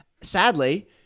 Sadly